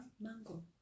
Mango